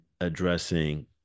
addressing